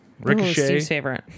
Ricochet